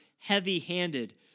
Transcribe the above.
heavy-handed